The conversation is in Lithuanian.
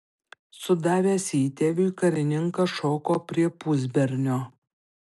sudavęs įtėviui karininkas šoko prie pusbernio